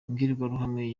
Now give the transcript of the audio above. imbwirwaruhame